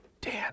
Dan